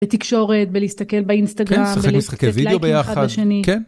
בתקשורת ולהסתכל באינסטגרם בלתת לייקים אחד לשני.כן. ולשחק משחקי וידאו ביחד. כן.